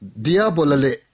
diabolale